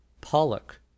pollock